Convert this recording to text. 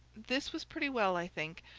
this was pretty well, i think,